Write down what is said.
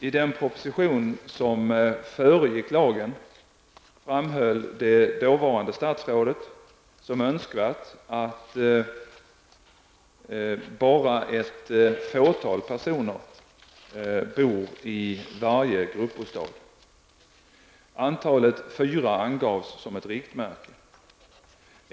I den proposition som föregick lagen framhöll det dåvarande statsrådet som önskvärt att bara ett fåtal personer bor i varje gruppbostad. Antalet fyra angavs som ett riktmärke.